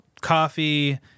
Coffee